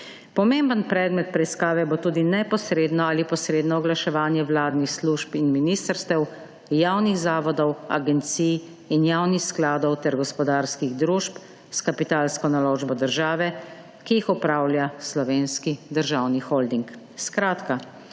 Pomemben predmet preiskave bo tudi neposredno ali posredno oglaševanje vladnih služb in ministrstev, javnih zavodov, agencij in javnih skladov ter gospodarskih družb, s kapitalsko naložbo države, ki jih opravlja Slovenski državni holding.